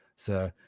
so,